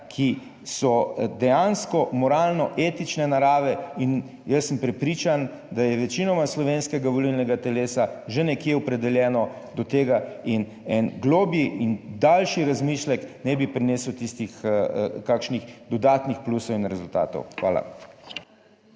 ki so dejansko moralno-etične narave. In jaz sem prepričan, da je večinoma slovenskega volilnega telesa že nekje opredeljeno do tega in en globlji in daljši razmislek ne bi prinesel tistih kakšnih dodatnih plusov in rezultatov. Hvala.